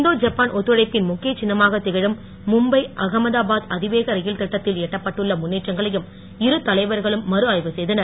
இந்தோ Japan ஒத்துழைப்பின் முக்கியச் சின்னமாகத் திகழும் மும்பை அகமதாபாத் அதிவேக ரயில் திட்டத்தில் எட்டப்பட்டுள்ள முன்னேற்றங்களையும் இரு தலைவர்களும் மறுஆய்வு செய்தனர்